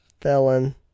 felon